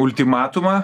ultimatumą